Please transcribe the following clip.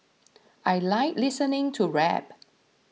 I like listening to rap